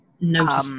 no